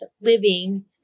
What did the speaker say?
living